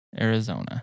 Arizona